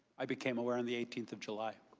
i became aware on the eighteenth of july.